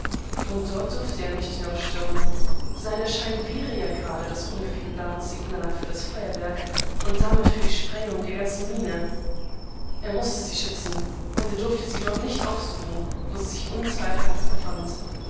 und dort durfte er ja nicht hinaufstürmen sein erscheinen wäre ja gerade das unfehlbare signal für das feuerwerk und damit für die sprengung der ganzen mine er mußte sie schützen und er durfte sie dort nicht aufsuchen wo sie sich unzweifelhaft befand